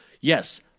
yes